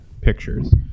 Pictures